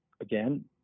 again